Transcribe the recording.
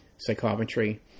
Psychometry